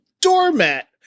Doormat